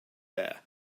there